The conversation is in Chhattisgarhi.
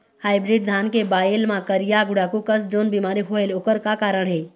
हाइब्रिड धान के बायेल मां करिया गुड़ाखू कस जोन बीमारी होएल ओकर का कारण हे?